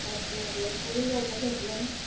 पांच नाल्ल कमी जावपा शकना